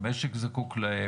המשק זקוק להם,